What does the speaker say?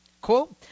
Quote